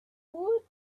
woot